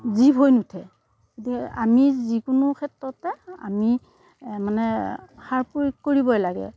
জীৱ হৈ নুঠে গতিকে আমি যিকোনো ক্ষেত্ৰতে আমি মানে সাৰ প্ৰয়োগ কৰিবই লাগে